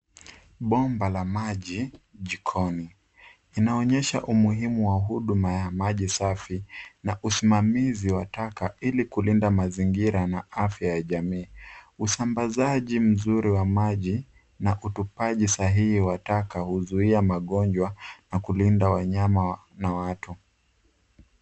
Bomba la maji jikoni. Inaonyesha umuhimu wa huduma ya maji safi na usimamizi wa taka ili kulinda mazingira na afya ya jamii. Usambazaji mzuri wa maji na utupaji sahihi wa taka huzuia magonjwa na kulinda wanyama na watu.